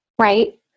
Right